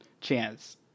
chance